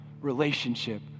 relationship